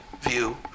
view